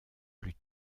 plus